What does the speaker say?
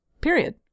Period